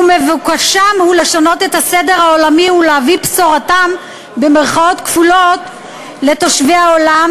ומבוקשם הוא לשנות את הסדר העולמי ולהביא את "בשורתם" לתושבי העולם